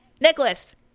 nicholas